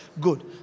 Good